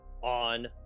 on